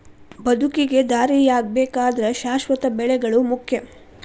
ಬದುಕಿಗೆ ದಾರಿಯಾಗಬೇಕಾದ್ರ ಶಾಶ್ವತ ಬೆಳೆಗಳು ಮುಖ್ಯ